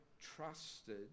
trusted